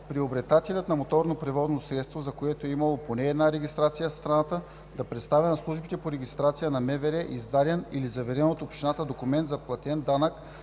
приобретателят на моторно превозно средство, за което е имало поне една регистрация в страната, да представя на службите по регистрация на МВР издаден или заверен от общината документ за платен данък